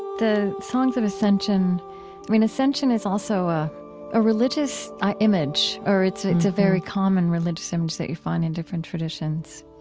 the songs of ascension, i mean, ascension is also a ah religious image or it's ah it's a very common religious image that you find in different traditions